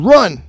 Run